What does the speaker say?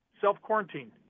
self-quarantine